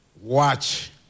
watch